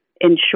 ensure